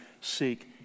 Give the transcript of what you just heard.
seek